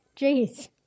Jeez